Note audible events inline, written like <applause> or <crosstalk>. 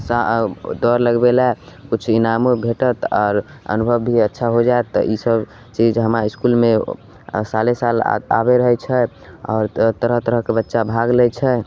<unintelligible> दौड़ लगबय लए किछु इनामो भेटत आर अनुभव भी अच्छा हो जायत तऽ ई सभ चीज हमरा इसकुलमे आओर सारे साल आ आबय रहय छै आओर तरह तरहके बच्चा भाग लै छै